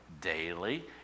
daily